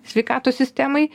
sveikatos sistemai